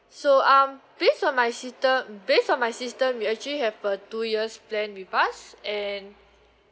so um based on my system based on my system you actually have a two years plan with us and